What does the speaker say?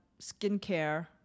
skincare